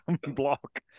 block